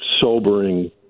sobering